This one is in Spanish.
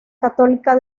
católica